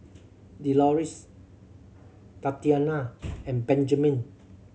Delores Tatianna and Benjamine